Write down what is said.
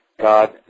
God